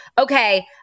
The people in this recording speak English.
Okay